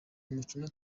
umukino